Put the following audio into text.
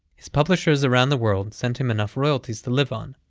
his publishers around the world sent him enough royalties to live on.